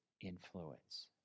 influence